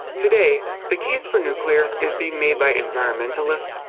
today, the case for nuclear is being made by environmentalists,